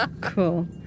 cool